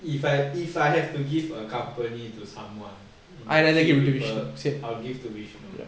if I if I have to give a company to someone in three people I'll give to vishnu